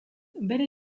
bere